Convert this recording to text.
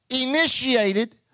initiated